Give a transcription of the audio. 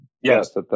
Yes